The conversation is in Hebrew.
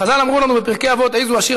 חז"ל אמרו לנו בפרקי אבות: איזהו עשיר,